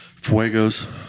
Fuegos